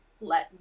Let